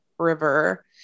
river